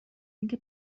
اینکه